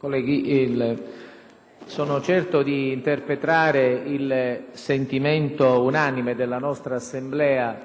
del giorno sono certo di interpretare il sentimento unanime della nostra Assemblea